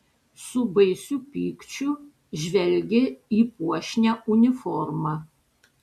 su baisiu pykčiu žvelgė į puošnią uniformą